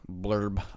blurb